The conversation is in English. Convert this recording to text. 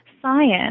science